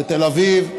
בתל אביב,